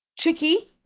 tricky